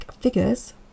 figures